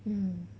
mm